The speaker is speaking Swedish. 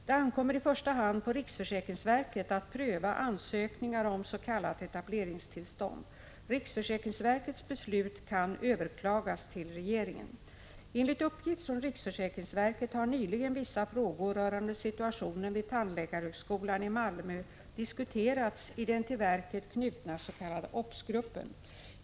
Det ankommer i första hand på riksförsäkringsverket att pröva ansökningar om s.k. etableringstillstånd. Riksförsäkringsverkets beslut kan överklagas till regeringen. Enligt uppgift från riksförsäkringsverket har nyligen vissa frågor rörande situationen vid tandläkarhögskolan i Malmö diskuterats i den till verket knutna s.k. obs-gruppen.